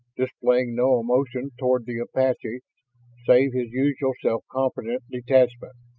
displaying no emotion toward the apaches save his usual self-confident detachment.